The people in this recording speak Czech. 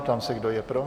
Ptám se, kdo je pro.